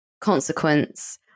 consequence